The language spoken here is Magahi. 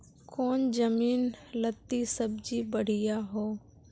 कौन जमीन लत्ती सब्जी बढ़िया हों?